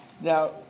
now